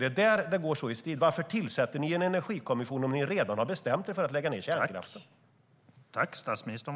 Det är det som står så i strid. Varför tillsätter ni en energikommission om ni redan har bestämt er för att lägga ned kärnkraften?